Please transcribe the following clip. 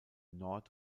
nord